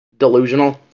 Delusional